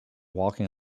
walking